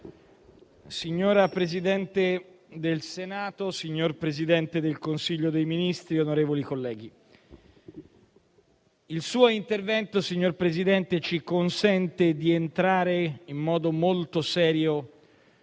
Signora Presidente del Senato, signor Presidente del Consiglio dei ministri, onorevoli colleghi, il suo intervento, signor Presidente, ci consente di entrare in modo molto serio